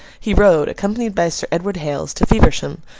he rode, accompanied by sir edward hales to feversham,